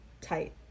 tight